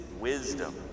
wisdom